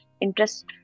interest